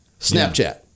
Snapchat